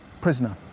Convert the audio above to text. prisoner